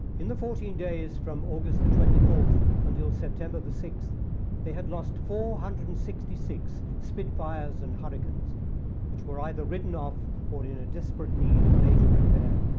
in the fourteen days from august the twenty fourth until september the sixth they had lost four hundred and sixty six spitfires and hurricanes which were either written off or in a desperate need of major repair.